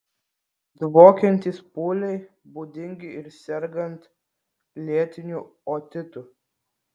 dvokiantys pūliai būdingi ir sergant lėtiniu otitu